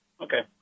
Okay